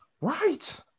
right